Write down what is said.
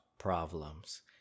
problems